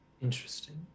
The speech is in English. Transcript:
Interesting